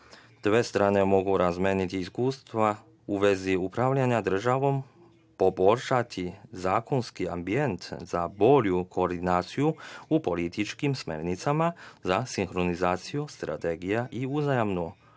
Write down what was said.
Dve strane mogu razmeniti iskustva u vezi upravljanja državom, poboljšati zakonski ambijent za bolju koordinaciju u političkim smernicama za sinhronizaciju strategija i uzajamnu